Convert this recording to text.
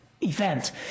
event